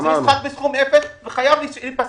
זה משחק בסכום אפס, והוא חייב להיפסק.